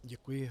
Děkuji.